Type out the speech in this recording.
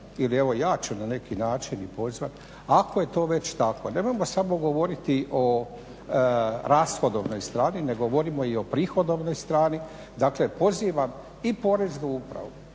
ili evo ja ću na neki način i pozvati ako je to već tako. Nemojmo samo govoriti o rashodovnoj strani, nego govorimo i o prihodovnoj strani. Dakle, pozivam i Poreznu upravu,